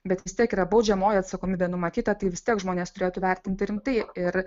bet vis tiek yra baudžiamoji atsakomybė numatyta tai vis tiek žmonės turėtų vertinti rimtai ir